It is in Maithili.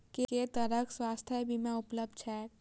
केँ तरहक स्वास्थ्य बीमा उपलब्ध छैक?